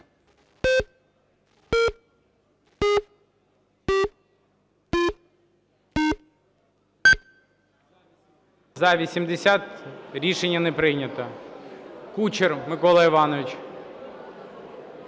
За-80 Рішення не прийнято. Кучер Микола Іванович.